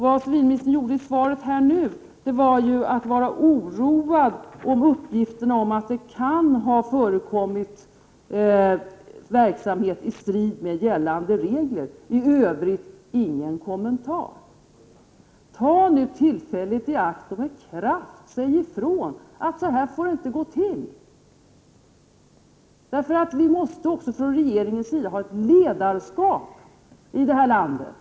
Det civilministern sade i svaret nu var att han var oroad för uppgifterna om att det kan ha förekommit verksamhet i strid med gällande regler. I övrigt ingen kommentar. Ta nu tillfället i akt att med kraft säga ifrån, att så här får det inte gå till. Vi måste i detta land ha ett ledarskap från regeringens sida.